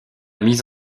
mise